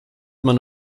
man